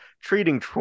treating